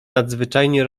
nadzwyczajnie